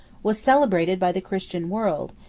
was celebrated by the christian world,